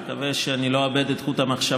אני מקווה שאני לא אאבד את חוט המחשבה.